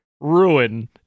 Ruin